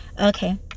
Okay